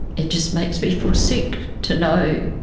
it just makes me feel sick to know